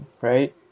right